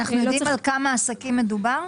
אנחנו יודעים על כמה עסקים מדובר?